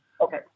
Okay